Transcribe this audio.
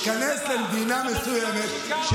להיכנס למדינה מסוימת, אתה סתם שיקרת ועשית עלילה.